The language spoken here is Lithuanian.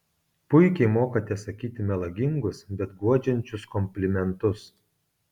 puikiai mokate sakyti melagingus bet guodžiančius komplimentus